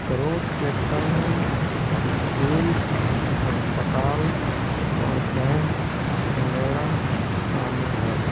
service sector میں school اسپتال اور بینک وغیرہ شامل ہے